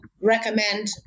recommend